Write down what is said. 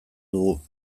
dugu